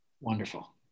Wonderful